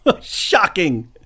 Shocking